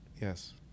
yes